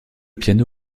piano